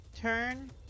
turn